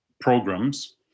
programs